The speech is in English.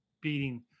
beating